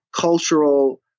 cultural